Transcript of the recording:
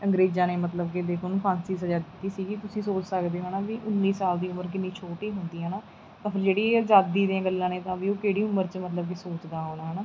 ਅੰਗਰੇਜ਼ਾਂ ਨੇ ਮਤਲਬ ਕਿ ਦੇਖੋ ਉਹਨੂੰ ਫਾਂਸੀ ਸਜ਼ਾ ਦਿੱਤੀ ਸੀਗੀ ਤੁਸੀਂ ਸੋਚ ਸਕਦੇ ਹੋ ਹੈ ਨਾ ਵੀ ਉੱਨੀ ਸਾਲ ਦੀ ਉਮਰ ਕਿੰਨੀ ਛੋਟੀ ਹੁੰਦੀ ਹੈ ਨਾ ਤਾਂ ਫਿਰ ਜਿਹੜੀਆਂ ਆਜ਼ਾਦੀ ਦੀਆਂ ਗੱਲਾਂ ਨੇ ਤਾਂ ਵੀ ਉਹ ਕਿਹੜੀ ਉਮਰ 'ਚ ਮਤਲਬ ਕਿ ਸੋਚਦਾ ਹੋਣਾ ਹੈ ਨਾ